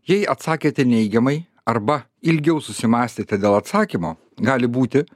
jei atsakėte neigiamai arba ilgiau susimąstėte dėl atsakymo gali būti